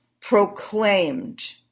proclaimed